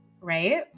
right